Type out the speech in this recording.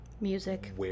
Music